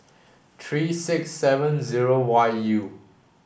three six seven zero Y U